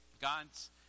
God's